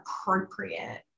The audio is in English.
appropriate